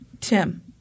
Tim